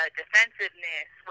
defensiveness